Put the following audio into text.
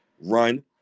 run